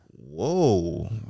Whoa